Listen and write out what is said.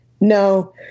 no